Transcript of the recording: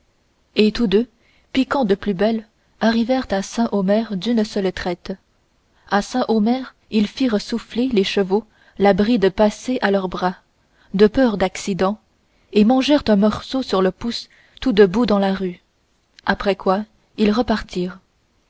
et tous deux piquant de plus belle arrivèrent à saint omer d'une seule traite à saint omer ils firent souffler les chevaux la bride passée à leurs bras de peur d'accident et mangèrent un morceau sur le pouce tout debout dans la rue après quoi ils repartirent